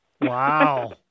Wow